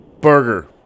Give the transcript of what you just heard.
Burger